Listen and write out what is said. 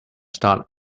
start